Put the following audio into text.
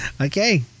Okay